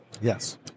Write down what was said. Yes